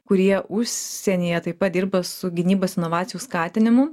kurie užsienyje taip pat dirba su gynybos inovacijų skatinimu